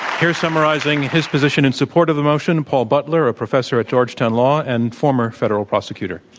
here summarizing his position in support of the motion, paul butler, a professor at georgetown law and former federal prosecutor.